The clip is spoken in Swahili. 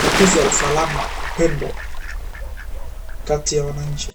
imeukuza usalama, upendo kati ya wananchi.